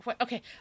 Okay